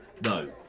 No